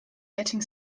getting